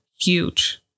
huge